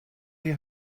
you